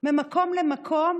ממקום למקום